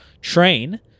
train